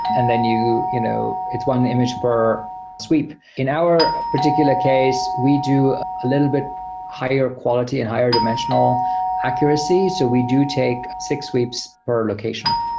and then you know it's one image per sweep. in our particular case, we do a little bit higher quality and higher dimensional accuracy. so we do take six sweeps per location.